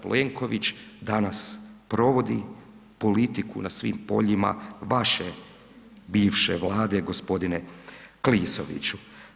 Plenković danas provodi politiku na svim poljima vaše bivše Vlade g. Klisoviću.